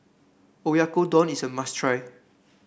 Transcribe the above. Oyakodon is a must try